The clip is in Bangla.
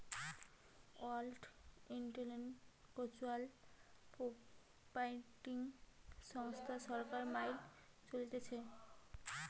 ওয়ার্ল্ড ইন্টেলেকচুয়াল প্রপার্টি সংস্থা সরকার মাইল চলতিছে